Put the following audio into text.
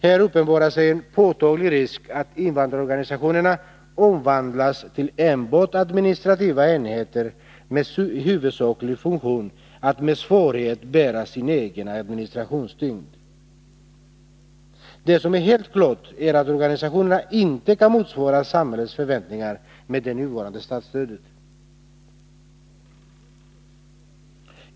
Här uppenbarar sig en påtaglig risk att invandrarorganisationerna omvandlas till enbart administrativa enheter med huvudsaklig funktion att med svårighet bära sin egen administrationstyngd. Det som är helt klart är att organisationerna inte kan motsvara samhällets förväntningar med det nuvarande statsstödet.